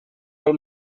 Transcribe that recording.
pel